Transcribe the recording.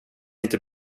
inte